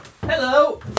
Hello